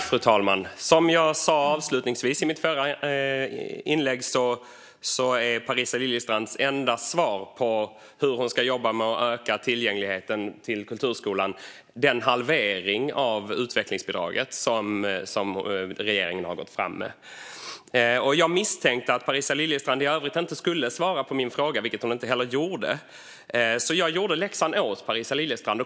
Fru talman! Som jag sa avslutningsvis i mitt förra inlägg är den halvering av utvecklingsbidraget, som regeringen har gått fram med, Parisa Liljestrands enda svar på hur hon ska jobba med att öka tillgängligheten till kulturskolan. Jag misstänkte att Parisa Liljestrand i övrigt inte skulle svara på min fråga, vilket hon inte heller gjorde. Jag gjorde därför läxan åt Parisa Liljestrand.